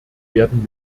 werden